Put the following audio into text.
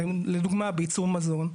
לדוגמה בייצור מזון,